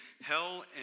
hell